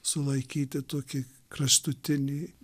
sulaikyti tokį kraštutinį